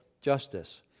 justice